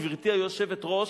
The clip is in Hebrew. גברתי היושבת-ראש,